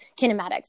kinematics